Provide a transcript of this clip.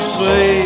say